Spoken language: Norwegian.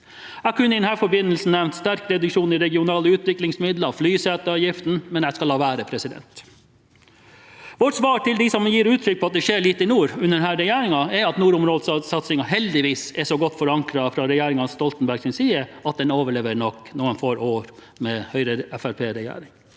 Jeg kunne i denne forbindelse nevnt sterk reduksjon i regionale utviklingsmidler og flyseteavgiften, men jeg skal la være. Vårt svar til dem som gir uttrykk for at det skjer lite i nord under denne regjeringen, er at nordområdesatsingen heldigvis er så godt forankret fra regjeringen Stoltenbergs side at den nok overlever noen få år med Høyre–Fremskrittsparti-regjering.